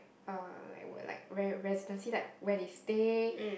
uh like what residency like where they stay